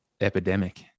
epidemic